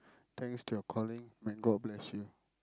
thanks to your calling may god bless you